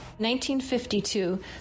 1952